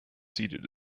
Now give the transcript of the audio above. seated